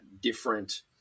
different